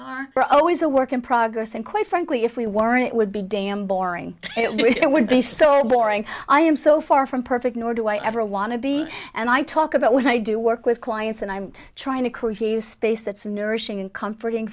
we're always a work in progress and quite frankly if we weren't it would be damn boring it would be so boring i am so far from perfect nor do i ever want to be and i talk about what i do work with clients and i'm trying to create a space that's nourishing and comforting